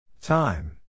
time